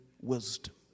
wisdom